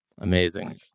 amazing